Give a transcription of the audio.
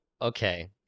okay